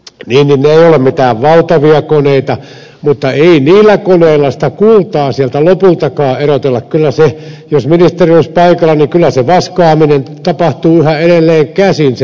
ne eivät ole mitään valtavia koneita mutta ei niillä koneilla sitä kultaa sieltä lopultakaan erotella vaan jos ministeri olisi paikalla kyllä se vaskaaminen se lopputekeminen tapahtuu yhä edelleen käsin